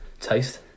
taste